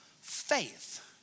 faith